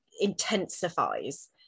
intensifies